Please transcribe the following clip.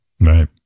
Right